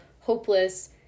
hopeless